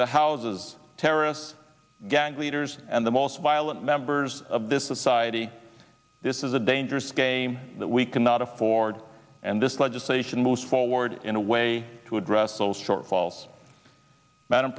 the houses terrorists gang leaders and the most violent members of this society this is a dangerous game that we cannot afford and this legislation moves forward in a way to address those shortfalls madam